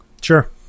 Sure